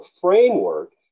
framework